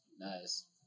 Nice